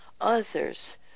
others